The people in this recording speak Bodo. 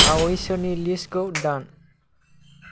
बावैसोनि लिस्तखौ दान